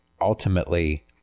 ultimately